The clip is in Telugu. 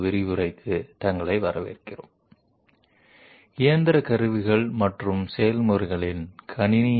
ఇప్పటి వరకు మేము CNC ప్రోగ్రామింగ్ ఇంటర్పోలేషన్ మొదలైనవాటిని చర్చించాము ఇప్పుడు ఇది 3 D మ్యాచింగ్